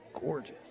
gorgeous